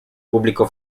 público